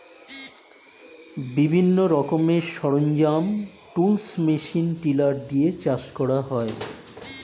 বিভিন্ন রকমের সরঞ্জাম, টুলস, মেশিন টিলার দিয়ে চাষ করা হয়